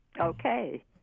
Okay